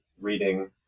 reading